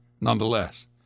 nonetheless